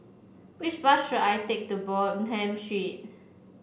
which bus should I take to Bonham Street